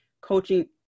coaching